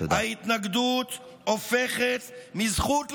ההתנגדות הופכת מזכות לחובה,